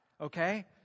Okay